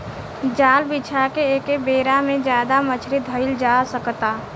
जाल बिछा के एके बेरा में ज्यादे मछली धईल जा सकता